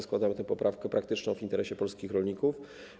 Składamy poprawkę praktyczną w interesie polskich rolników.